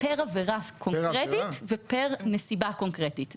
פר עבירה קונקרטית, ופר נסיבה קונקרטית.